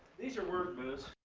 these are work boots.